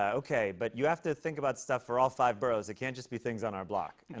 okay, but you have to think about stuff for all five boroughs. it can't just be things on our block. and